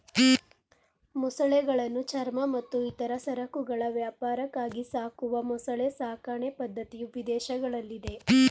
ಮೊಸಳೆಗಳನ್ನು ಚರ್ಮ ಮತ್ತು ಇತರ ಸರಕುಗಳ ವ್ಯಾಪಾರಕ್ಕಾಗಿ ಸಾಕುವ ಮೊಸಳೆ ಸಾಕಣೆ ಪದ್ಧತಿಯು ವಿದೇಶಗಳಲ್ಲಿದೆ